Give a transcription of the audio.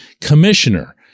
commissioner